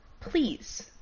Please